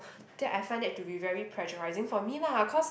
that I find that to be very pressurising for me lah cause